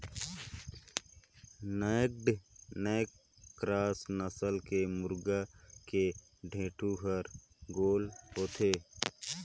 naked neck cross नसल के मुरगा के ढेंटू हर गोल होथे